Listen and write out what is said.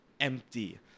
empty